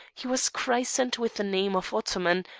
he was christened with the name of ottoman,